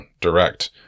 direct